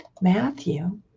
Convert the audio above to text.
Matthew